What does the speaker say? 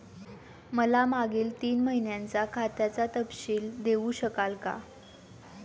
मला मागील तीन महिन्यांचा खात्याचा तपशील देऊ शकाल का?